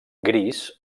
gris